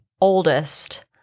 oldest